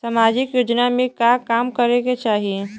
सामाजिक योजना में का काम करे के चाही?